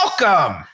welcome